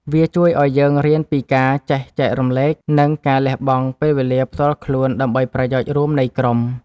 វាជួយឱ្យយើងរៀនពីការចេះចែករំលែក និងការលះបង់ពេលវេលាផ្ទាល់ខ្លួនដើម្បីប្រយោជន៍រួមនៃក្រុម។